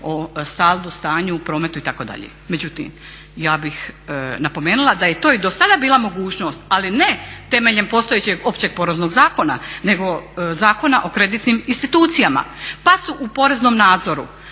o saldu i stanju u prometu itd. Međutim, ja bih napomenula da je to i dosada bila mogućnost, ali ne temeljem postojećeg OPZ nego Zakona o kreditnim institucijama pa su u poreznom nadzoru